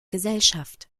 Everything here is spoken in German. gesellschaft